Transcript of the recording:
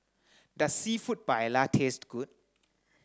does Seafood Paella taste good